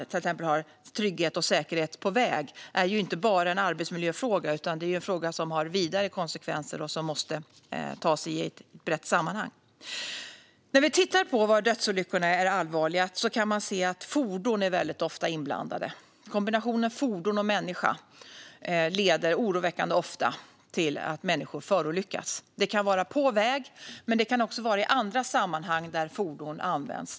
Till exempel är trygghet och säkerhet på väg inte bara en arbetsmiljöfråga, utan det är en fråga som har vidare konsekvenser och som måste ses i ett brett sammanhang. När vi tittar på var det sker dödsolyckor ser vi att fordon ofta är inblandade. Kombinationen fordon och människa leder oroväckande ofta till att människor förolyckas. Det kan vara på väg, men det kan också vara i andra sammanhang där fordon används.